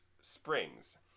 springs